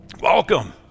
Welcome